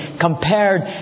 compared